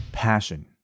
passion